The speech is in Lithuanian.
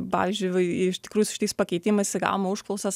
pavyzdžiui va iš tikrųjų su šitais pakeitimais tai gavom užklausas